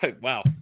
wow